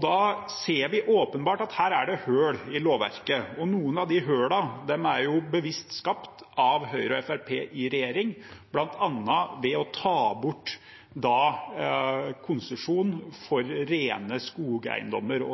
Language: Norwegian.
Da ser vi åpenbart at her er det hull i lovverket, og noen av de hullene er bevisst skapt av Høyre og Fremskrittspartiet i regjering, bl.a. ved å ta bort konsesjon for rene skogeiendommer,